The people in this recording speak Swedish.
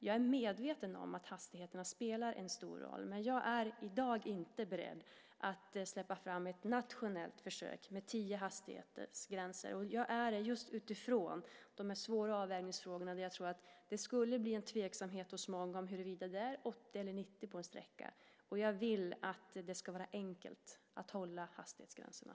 Jag är medveten om att hastigheterna spelar en stor roll, men jag är i dag inte beredd att släppa fram ett nationellt försök med tio hastighetsgränser. Skälet till det är just de här svåra avvägningsfrågorna där jag tror att det skulle kunna uppstå en tveksamhet hos någon huruvida det är 80 eller 90 på en sträcka. Jag vill att det ska vara enkelt att hålla hastighetsgränserna.